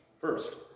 First